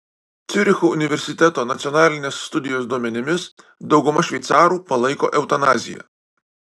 ciuricho universiteto nacionalinės studijos duomenimis dauguma šveicarų palaiko eutanaziją